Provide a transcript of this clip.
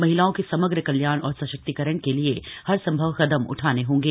महिलाओं के समग्र कल्याण और सशक्तीकरण के लिए हर संभव कदम उठाने होंगे